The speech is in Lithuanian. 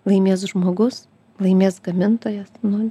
laimės žmogus laimės gamintojas nu